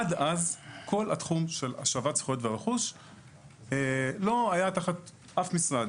עד אז כל התחום של השבת זכויות ורכוש לא היה תחת אף משרד,